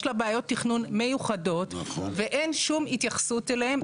יש לה בעיות תכנון מיוחדות ואין שום התייחסות אליהם,